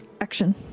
Action